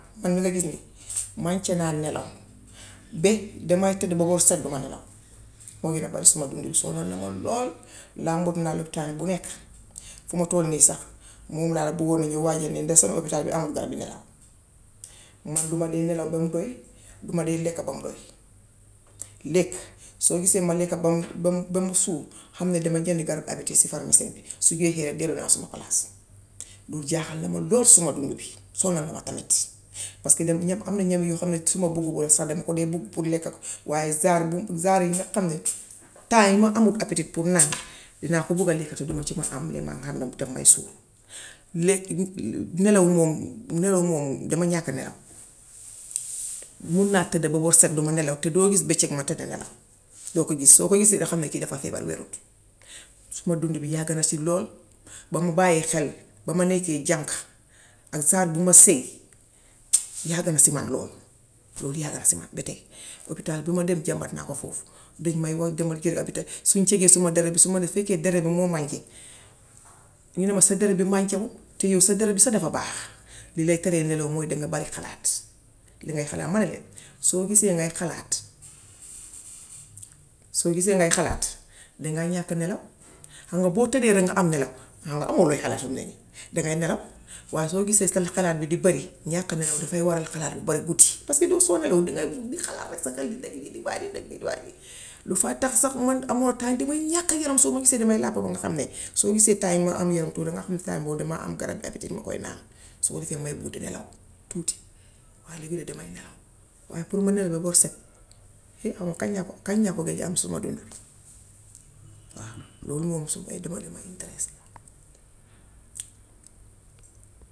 Naŋ ma gis nii, mànke naa nelaw be damaa tëdd ba bët set duma nelaw moo ngi lebal suma dundu gi sonal na ma lool. Làmbatu naa loppitaal bu nekk fu ma tollu nii sax, moom laa da bugg a ñëw waajal nii sax ndax seen oppitaal bi amul gfarabi nelaw. Man duma de nelaw bam doy, duma de lekk bam doy. Lekk, soo gisee ma lekk bam bam bam suur xam ni dama jënd garab appétit ci pharmacie bi. Su jeexee rekk dellu naa suma palaas. Loolu jaaxal na ma lool suma dundu bi, sonal na ma tamit paska am na ñam yoo xam ni su ma ko buggee sax dama ko dee bugg pour lekk ko waaye genre genre yi nga xam ni temps yi ma amul appétit pour naan dinaa ko bugg a lekk te duma ci man am li ngaa xam ne daf amay suur. Lekk nelaw moom nelaw moom dama ñàkk nelaw. Mun naa tëdda ba bët set duma nelaw te doo gis bëccëg ma tëdd nelaw, doo ko gis. Soo ko gisee rekk xamal ni kii dafa feebar wérul. Suma dundu bi yàgga na si lool bam bàyyee xel, ba ma nekkee jànq ak genre bi ma sëy yàgga na si man lool, loolu yàgga na si man ba tey, oppitaal bu ma dem jàmbat naa ko fa. Dañ may woo demal jëli. Suñ checker suma deret ma ni su fekkee deret bi moo mànke, ñu ne ma sa deret bi mànke na, te yow sa dereet bi sax dafa baax. Li lay teree nelaw mooy danga bari xalaat. Li ngay xalaat. Ma ni leen. Soo gisee ngay xalaat, soo gisee ngay xalaat dangaa ñàkk a nelaw. Xam nga boo tëddee rekk nga am nelaw, xam nga amoo looy xalaat fim ne nii dangay nelaw. Waaye boo gisee seen xalaat bi di bare, ñàkk a nelaw dafay waral xalaat bu bare guddi paska soo nelaw dangay di xalaat rekk sa xel di daj lii di baaje di baaje. Lolu dafaay tax sax man amoo time. Damaay ñàkk yaram soo ma gisee damay làqatu nga xam ne. Soo gisee temps yii ma am yaram tuuti dangaa xam ne time boobu damaa am garabui appétit ma koy naan. Soo gisee may bugg di nelaw tuuti waaye léegi-lee damay nelaw. Waaye pour ma nelaw ba bët set xaw ma kañ laa ko kañ laa ko gëj a am suma dundu gi. Waaw loolu moom suma dundu lu ma interest la.